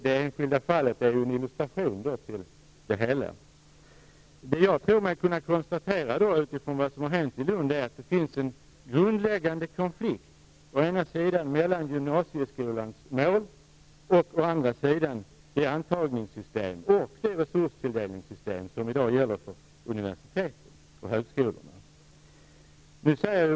Det enskilda fallet är en illustration av detta. Det jag tror mig kunna konstatera utifrån vad som har hänt i Lund är att det finns en grundläggande konflikt mellan å ena sidan gymnasieskolans mål och å andra sidan det antagningssystem och det resurstilldelningssystem som i dag gäller för universiteten och högskolorna.